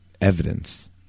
evidence